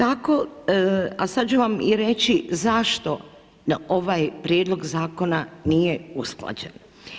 A sada ću vam i reći zašto ovaj prijedlog zakona nije usklađen.